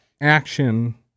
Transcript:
action